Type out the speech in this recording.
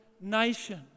nation